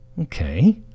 Okay